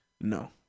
No